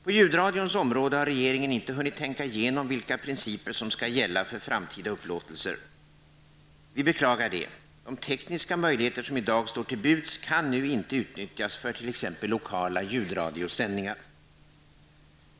På ljudradions område har regeringen inte hunnit tänka igenom vilka principer som skall gälla för framtida upplåtelser. Vi beklagar detta. De tekniska möjligheter som i dag står till buds kan nu inte utnyttjas för t.ex. lokala ljudradiosändningar.